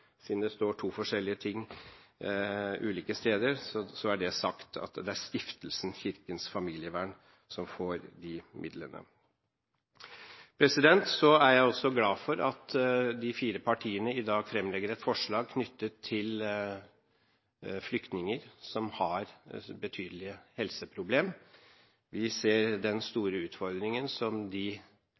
Familievern». Det står to forskjellige ting ulike steder, men da er det sagt: Det er Stiftelsen Kirkens Familievern som får de midlene. Jeg er også glad for at de fire partiene i dag fremlegger et forslag knyttet til flyktninger som har betydelige helseproblem. Vi ser den store utfordringen som